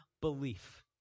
belief